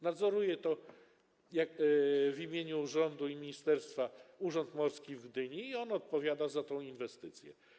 Nadzoruje to w imieniu rządu i ministerstwa Urząd Morski w Gdyni i on odpowiada za tę inwestycję.